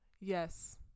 yes